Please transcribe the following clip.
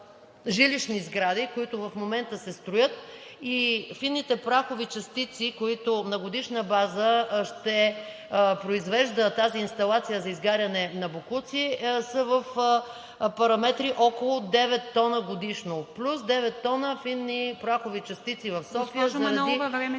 ...жилищни сгради, които в момента се строят, и фините прахови частици, които на годишна база ще произвежда тази инсталация за изгаряне на боклуци, са в параметри около 9 тона годишно, плюс 9 тона фини прахови частици в София